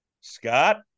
Scott